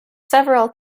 several